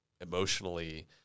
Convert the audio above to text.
emotionally